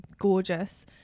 gorgeous